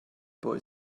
boy